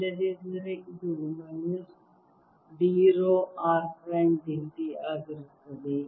ಇಲ್ಲದಿದ್ದರೆ ಇದು minus d rho r prime dt ಆಗಿರುತ್ತದೆ